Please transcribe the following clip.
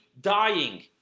dying